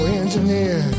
engineer